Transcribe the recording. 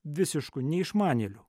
visišku neišmanėliu